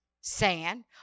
sand